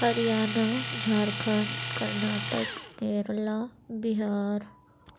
Haryana Jharkhand Karnataka Kerala Bihar